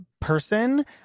person